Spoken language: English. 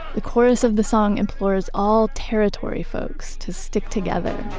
the chorus of the song implores all territory folks to stick together